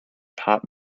pop